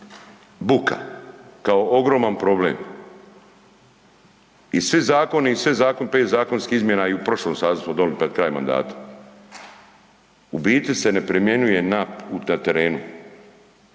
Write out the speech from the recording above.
buka kao ogroman problem i svi zakoni i sve zakon, 5 zakonskih izmjena i u prošlom sazivu smo donijeli pred kraj mandata. U biti se ne primjenjuje na, u, na terenu.